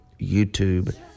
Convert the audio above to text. YouTube